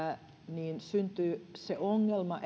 niin syntyy se ongelma